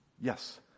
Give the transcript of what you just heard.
yes